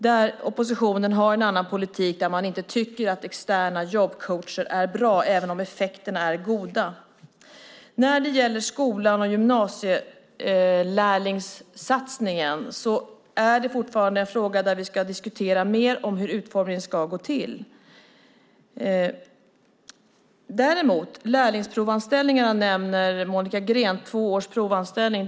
Där har oppositionen en annan politik. Man tycker inte att externa jobbcoacher är bra även om effekterna är goda. Skolan och gymnasielärlingssatsningen är fortfarande en fråga där vi mer ska diskutera hur detta med utformningen ska gå till. Lärlingsprovanställning - två års provanställning - nämner Monica Green.